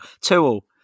two-all